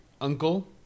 uncle